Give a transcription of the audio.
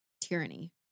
tyranny